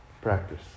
practice